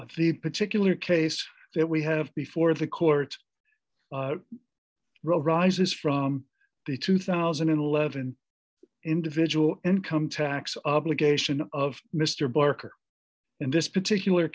of the particular case that we have before the court rises from the two thousand and eleven individual income tax obligation of mr barker in this particular